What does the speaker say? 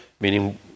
meaning